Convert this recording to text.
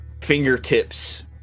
fingertips